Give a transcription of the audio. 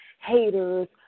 haters